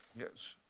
yes,